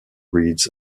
reeds